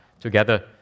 together